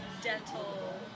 dental